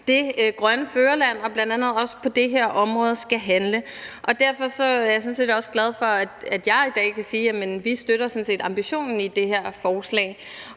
et grønt førerland og bl.a. også på det her område skal handle. Defor er jeg også glad for, at jeg i dag kan sige, at vi sådan set støtter ambitionen i det her forslag.